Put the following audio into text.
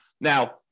Now